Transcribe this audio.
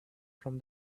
from